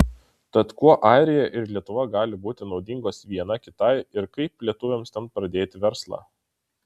tad kuo airija ir lietuva gali būti naudingos viena kitai ir kaip lietuviams ten pradėti verslą